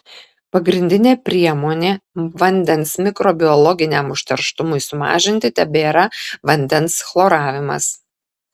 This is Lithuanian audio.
pagrindinė priemonė vandens mikrobiologiniam užterštumui sumažinti tebėra vandens chloravimas